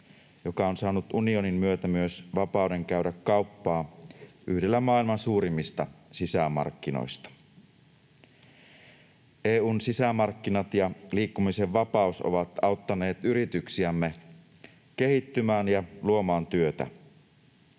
joka on saanut unionin myötä myös vapauden käydä kauppaa yhdellä maailman suurimmista sisämarkkinoista. EU:n sisämarkkinat ja liikkumisen vapaus ovat auttaneet yrityksiämme kehittymään ja luomaan työtä.